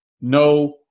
no